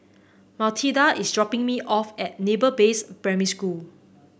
Mathilda is dropping me off at Naval Base Primary School